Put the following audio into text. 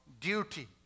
duty